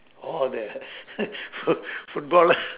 all the foot~ footballer